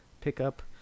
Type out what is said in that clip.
pickup